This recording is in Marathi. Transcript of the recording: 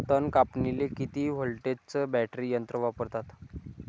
तन कापनीले किती व्होल्टचं बॅटरी यंत्र वापरतात?